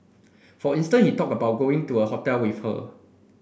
for instance he talked about going to a hotel with her